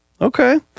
okay